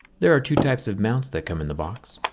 there are two types of mounts that come in the box